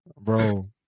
bro